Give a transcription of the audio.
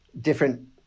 different